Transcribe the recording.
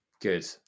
good